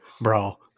bro